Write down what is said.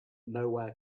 nowhere